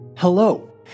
Hello